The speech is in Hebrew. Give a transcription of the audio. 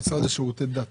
המשרד לשירותי דת.